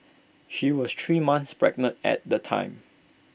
she was three months pregnant at the time